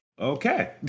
okay